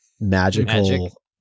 magical